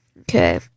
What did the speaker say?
Okay